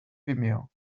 vimeo